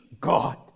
God